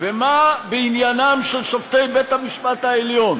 ומה בעניינם של שופטי בית-המשפט העליון